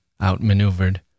outmaneuvered